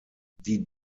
die